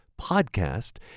podcast